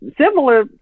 similar